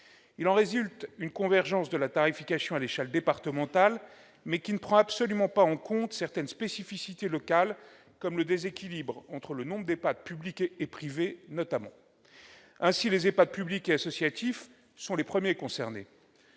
Il en résulte une convergence de la tarification à l'échelle départementale, mais ne prenant absolument pas en compte certaines spécificités locales, dont notamment le déséquilibre entre le nombre d'EHPAD publics et le nombre d'EHPAD privés- les EHPAD publics et associatifs sont les premiers concernés.